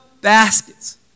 baskets